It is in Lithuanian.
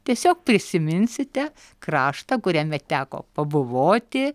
tiesiog prisiminsite kraštą kuriame teko pabuvoti